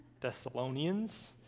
Thessalonians